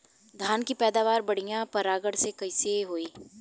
धान की पैदावार बढ़िया परागण से कईसे होई?